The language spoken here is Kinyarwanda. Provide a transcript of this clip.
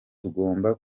tugomba